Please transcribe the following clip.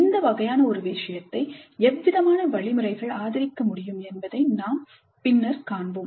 இந்த வகையான ஒரு விஷயத்தை எவ்விதமான வழிமுறைகள் ஆதரிக்க முடியும் என்பதை நாம் பின்னர் காண்போம்